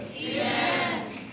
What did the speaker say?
Amen